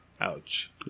Ouch